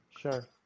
Sure